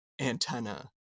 antenna